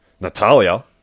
Natalia